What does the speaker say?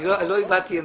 לא הבעתי עמדה.